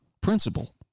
principle